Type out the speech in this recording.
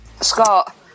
Scott